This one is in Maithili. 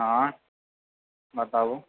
आयँ बताबू